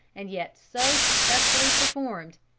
and yet so successfully performed.